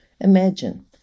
imagine